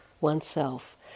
oneself